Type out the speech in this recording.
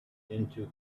into